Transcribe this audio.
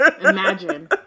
imagine